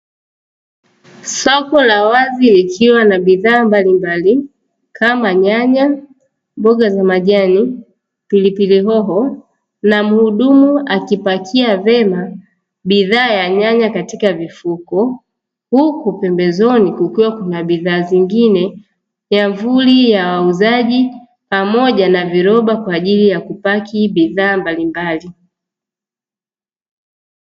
Soko la wazi likiwa na bidhaa mbalimbali Kama nyanya, mboga za majani , pilipili hoho na mhudumu akipakia vyema bidhaa ya nyanya katika vifuko huku pembezoni kukiwa na bidhaa zingine, miamvuli ya wauzaji pamoja na viroba kwa ajili ya kupaki bidhaa mbalimbali.